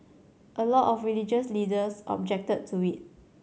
a lot of religious leaders objected to it